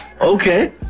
Okay